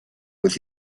with